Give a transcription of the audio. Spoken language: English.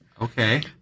Okay